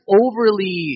overly